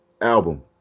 album